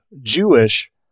Jewish